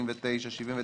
89%, 79%,